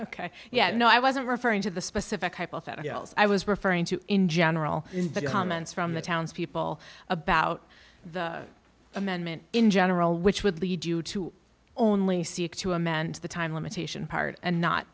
ok yeah no i wasn't referring to the specific hypotheticals i was referring to in general and the comments from the townspeople about the amendment in general which would lead you to only seek to amend the time limitation part and not